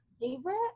Favorite